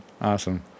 awesome